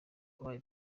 wabaye